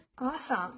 Awesome